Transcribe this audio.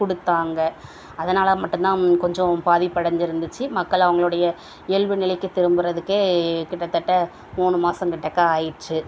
கொடுத்தாங்க அதனால் மட்டும்தான் கொஞ்சம் பாதிப்பு அடஞ்சுருந்துச்சி மக்கள் அவர்களோடைய இயல்பு நிலைக்கு திரும்புறதுக்கே கிட்டத்தட்ட மூணு மாதம் கிட்டக்க ஆயிடுச்சு